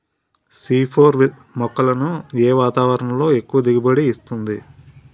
C four మొక్కలను ఏ వాతావరణంలో ఎక్కువ దిగుబడి ఇస్తుంది?